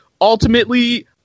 Ultimately